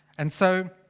and so.